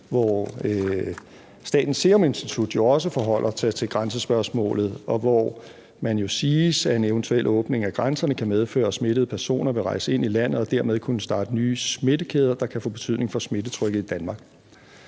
hvor Statens Serum Institut jo også forholder sig til grænsespørgsmålet, og hvor man jo siger, at en eventuel åbning af grænserne kan medføre, at smittede personer vil rejse ind i landet og dermed kunne starte nye smittekæder, der kan få betydning for smittetrykket i Danmark.